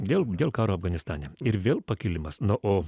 dėl dėl karo afganistane ir vėl pakilimas na o